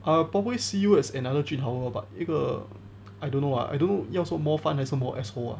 I'll probably see you as jun hao lor but 一个 I don't know ah I don't know 要说 more fun 还是 more asshole ah